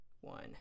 One